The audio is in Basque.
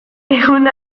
egun